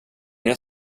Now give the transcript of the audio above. jag